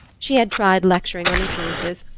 she had tried lecturing on influences,